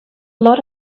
lot